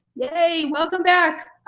yay, welcome back!